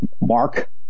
mark